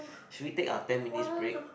should we take a ten minutes break